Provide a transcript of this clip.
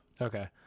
okay